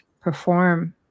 perform